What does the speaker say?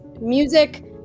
Music